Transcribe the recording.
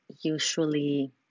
Usually